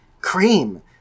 Cream